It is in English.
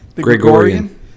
Gregorian